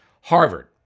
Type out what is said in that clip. Harvard